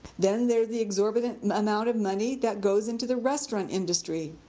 then there's the exorbitant amount of money that goes into the restaurant industry.